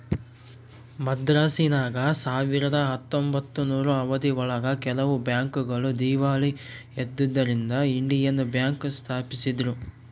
ಮದ್ರಾಸಿನಾಗ ಸಾವಿರದ ಹತ್ತೊಂಬತ್ತನೂರು ಅವಧಿ ಒಳಗ ಕೆಲವು ಬ್ಯಾಂಕ್ ಗಳು ದೀವಾಳಿ ಎದ್ದುದರಿಂದ ಇಂಡಿಯನ್ ಬ್ಯಾಂಕ್ ಸ್ಪಾಪಿಸಿದ್ರು